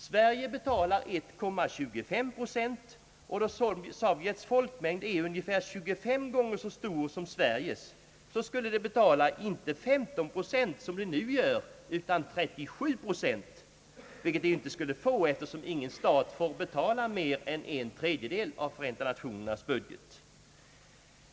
Sverige betalar 1,23 procent, och då Sovjets folkmängd är ungefär 25 gånger så stor som Sveriges borde Sovjetunionen betala inte 15 procent, som man gör nu, utan 37 procent, vilket Sovjet dock inte skulle få, eftersom ingen stat får betala mer än en tredjedel av FN:s budget.